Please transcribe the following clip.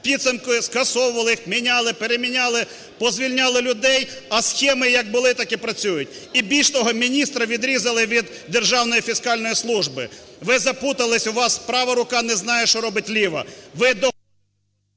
підсумку скасовували їх, міняли, переміняли, позвільняли людей, а й схеми, як були, так і працюють. І, більше того, міністра відрізали від Державної фіскальної служби. Ви заплутались, у вас права рука не знає, що робить ліва…